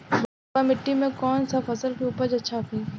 बलुआ मिट्टी में कौन सा फसल के उपज अच्छा होखी?